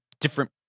different